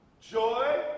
joy